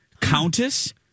Countess